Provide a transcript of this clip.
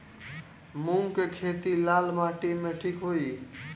मूंग के खेती लाल माटी मे ठिक होई?